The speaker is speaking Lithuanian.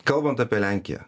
kalbant apie lenkiją